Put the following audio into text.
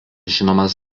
žinomas